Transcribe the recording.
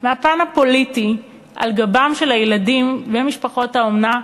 מהפן הפוליטי על גבם של הילדים ומשפחות האומנה,